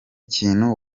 kintu